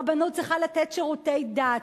רבנות צריכה לתת שירותי דת,